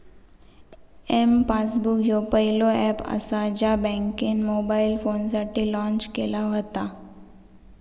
M passbook ह्यो पहिलो app असा ज्या बँकेन मोबाईल फोनसाठी लॉन्च केला व्हता